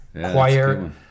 Choir